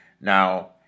Now